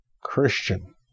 Christian